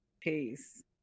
Peace